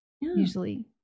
usually